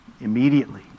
immediately